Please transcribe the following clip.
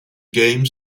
game